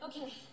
okay